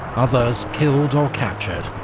others killed, or captured.